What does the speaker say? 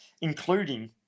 including